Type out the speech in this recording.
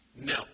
No